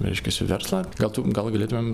reiškiasi verslą gal tu gal galėtumėm